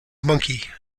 monkey